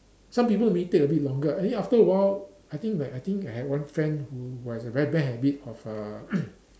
some people may take a bit longer eh after awhile I think I think I have one friend who has a very bad habit of uh